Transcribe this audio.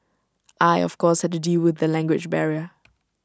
I of course had to deal with the language barrier